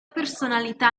personalità